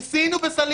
ניסינו שם.